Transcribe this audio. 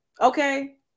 okay